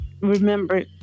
remember